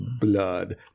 blood